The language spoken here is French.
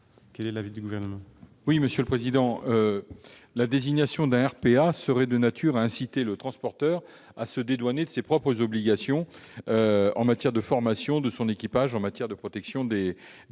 Quel est l'avis du Gouvernement ?